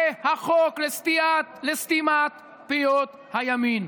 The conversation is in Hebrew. זה החוק לסתימת פיות הימין,